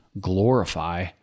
glorify